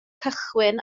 cychwyn